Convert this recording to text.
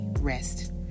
rest